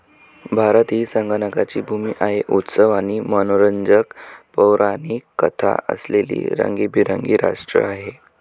भारत ही सणांची भूमी आहे, उत्सव आणि मनोरंजक पौराणिक कथा असलेले रंगीबेरंगी राष्ट्र आहे